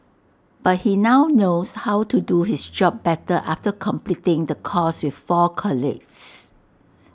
but he now knows how to do his job better after completing the course with four colleagues